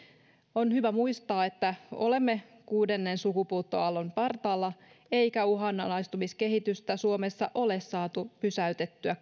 on hyvä muistaa että olemme kuudennen sukupuuttoaallon partaalla eikä uhanalaistumiskehitystä suomessa ole saatu pysäytettyä